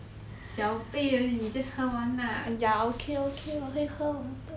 小杯而已:xiao bei err yi just 喝完 lah